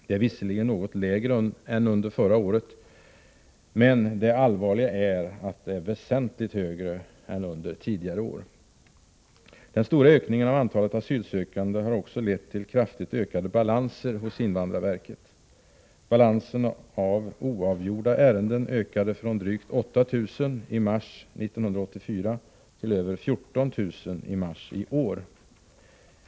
Det är visserligen ett något lägre antal än under förra året, men det allvarliga är att antalet är väsentligt högre än under tidigare år. Den stora ökningen av antalet asylsökande har också lett till kraftigt ökade balanser hos invandrarverket. Balansen beträffande oavgjorda ärenden ökade från drygt 8 000 i mars 1984 till över 14 000 i mars i år.